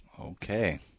Okay